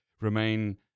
remain